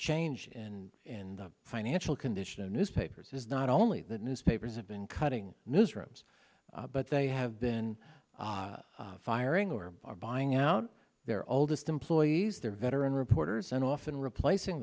change in and the financial condition of newspapers is not only that newspapers have been cutting newsrooms but they have been firing or are buying out their oldest employees their veteran reporters and often replacing